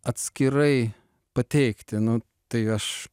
atskirai pateikti nu tai aš